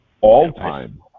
All-time